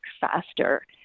faster